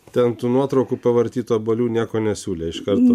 ten tų nuotraukų pavartyt obuolių nieko nesiūlė iš karto